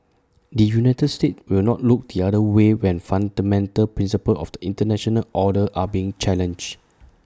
the united states will not look the other way when fundamental principles of the International order are being challenged